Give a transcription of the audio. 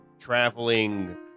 traveling